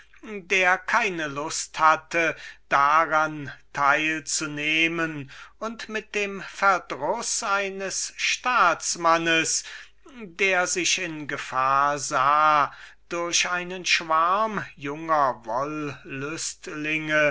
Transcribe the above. der keine lust hatte teil daran zu nehmen und mit dem verdruß eines staatsmannes der sich in gefahr sah durch einen